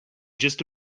just